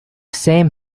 same